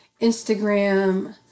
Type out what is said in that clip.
Instagram